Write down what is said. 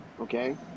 okay